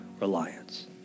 reliance